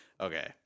Okay